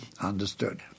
understood